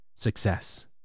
success